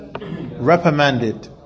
reprimanded